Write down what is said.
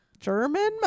German